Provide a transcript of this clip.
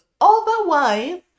Otherwise